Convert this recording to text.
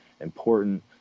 important –